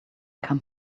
come